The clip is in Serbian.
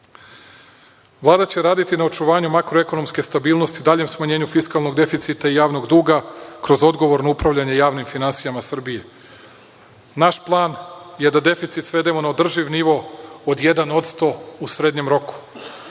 Vlada će raditi na očuvanju makroekonomske stabilnosti i daljem smanjenju fiskalnog deficita javnog duga kroz odgovorno upravljanje javnim finansijama u Srbiji. Naš plan je deficit svedemo na održiv nivo od 1% u srednjem roku.